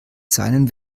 seinen